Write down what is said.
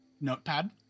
notepad